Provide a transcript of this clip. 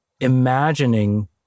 imagining